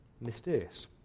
Mysterious